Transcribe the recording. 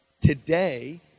today